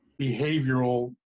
behavioral